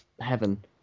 heaven